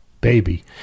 Baby